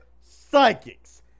psychics